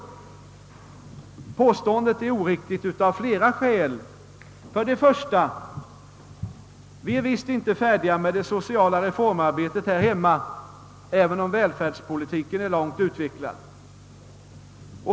Påståendet är oriktigt av flera skäl. För det första är vi visst inte färdiga med det sociala reformarbetet här hemma, även om välfärdspolitiken är långt utvecklad.